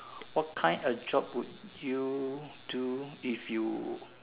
what kind of job world you do if you